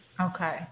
Okay